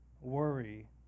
worry